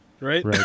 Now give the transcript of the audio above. right